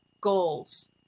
goals